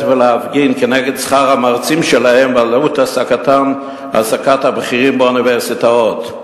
ולהפגין כנגד שכר המרצים שלהם ועלות העסקת הבכירים באוניברסיטאות.